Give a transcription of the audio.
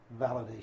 validation